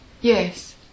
yes